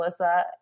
Alyssa